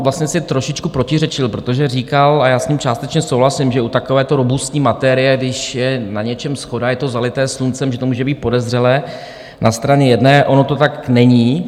Vlastně si trošičku protiřečil, protože říkal, a já s ním částečně souhlasím, že u takovéto robustní materie, když je na něčem shoda, je to zalité sluncem, že to může být podezřelé, na straně jedné ono to tak není.